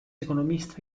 economista